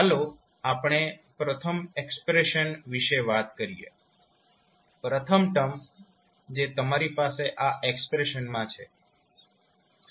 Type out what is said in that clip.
ચાલો આપણે પ્રથમ એક્સપ્રેશન વિશે વાત કરીએ પ્રથમ ટર્મ જે તમારી પાસે આ એક્સપ્રેશનમાં છે